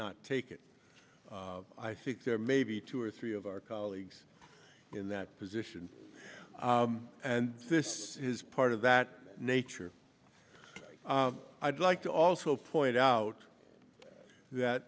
not take it i think there may be two or three of our colleagues in that position and this is part of that nature i'd like to also point out that